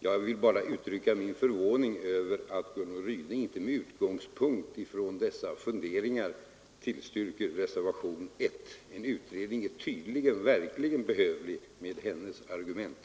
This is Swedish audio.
Jag vill bara uttrycka min förvåning över att fru Ryding inte med utgångspunkt i dessa funderingar tillstyrker reservationen 1. En utredning skulle verkligen vara behövlig med hennes argument.